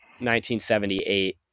1978